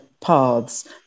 paths